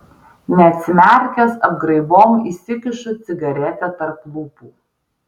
neatsimerkęs apgraibom įsikišu cigaretę tarp lūpų